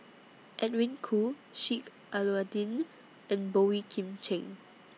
Edwin Koo Sheik Alau'ddin and Boey Kim Cheng